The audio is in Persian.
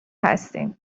هستیم